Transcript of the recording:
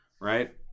right